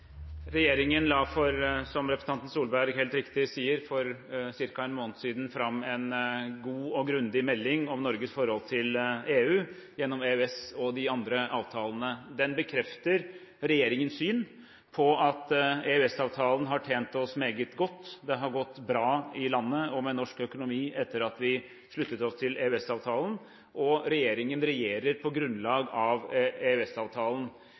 Regjeringen la, som representanten Solberg helt riktig sier, for ca. én måned siden fram en god og grundig melding om Norges forhold til EU gjennom EØS-avtalen og de andre avtalene. Den bekrefter regjeringens syn på at EØS-avtalen har tjent oss meget godt. Det har gått bra i landet og med norsk økonomi etter at vi sluttet oss til EØS-avtalen, og regjeringen regjerer på